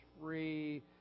free